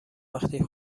وقتی